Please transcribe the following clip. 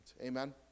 Amen